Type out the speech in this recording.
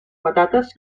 patates